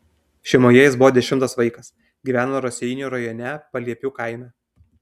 šeimoje jis buvo dešimtas vaikas gyveno raseinių rajone paliepių kaime